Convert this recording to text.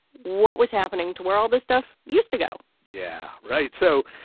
what was happening to where all this stuff used to go? yeah, right. so,